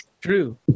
True